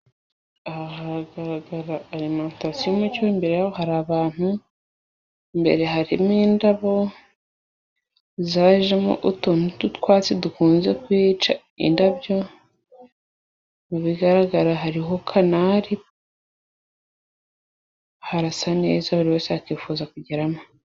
Aha hagaragara arimantasiyo Umucyo, imbere hari abantu, imbere harimo indabo zajemo utuntu tw'utwatsi dukunze kwica indabyo, mu bigaragara hariho kanari, harasa neza buri wese yakwifuza kugeramo.